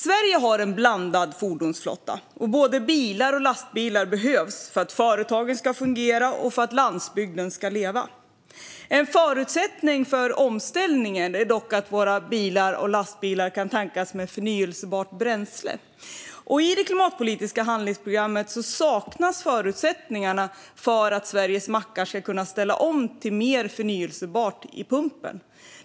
Sverige har en blandad fordonsflotta, och både bilar och lastbilar behövs för att företagen ska fungera och för att landsbygden ska leva. En förutsättning för omställningen är dock att våra bilar och lastbilar kan tankas med förnybart bränsle. I den klimatpolitiska handlingsplanen saknas förutsättningarna för Sveriges mackar att ställa om till mer förnybart i pumpen.